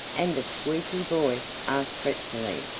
and a squeaky voice asked fretfully,